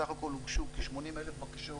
סך הכול הוגשו כ-80,000 בקשות.